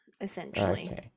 essentially